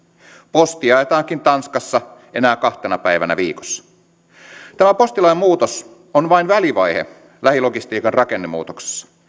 posti jaetaankin tanskassa enää kahtena päivänä viikossa tämä postilain muutos on vain välivaihe lähilogistiikan rakennemuutoksessa